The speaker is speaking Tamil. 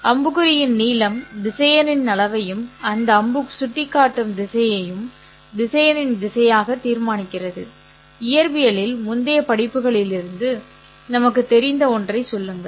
அம்புக்குறியின் நீளம் திசையனின் அளவையும் இந்த அம்பு சுட்டிக்காட்டும் திசையையும் திசையனின் திசையாக தீர்மானிக்கிறது இயற்பியலில் முந்தைய படிப்புகளிலிருந்து நமக்குத் தெரிந்த ஒன்றைச் சொல்லுங்கள்